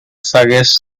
suggests